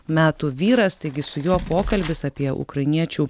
metų vyras taigi su juo pokalbis apie ukrainiečių